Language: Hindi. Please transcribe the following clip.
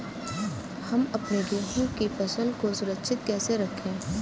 हम अपने गेहूँ की फसल को सुरक्षित कैसे रखें?